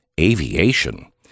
aviation